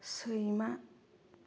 सैमा